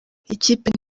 ikipe